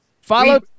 Follow